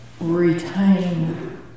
retain